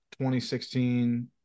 2016